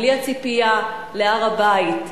בלי הציפייה להר-הבית,